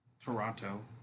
Toronto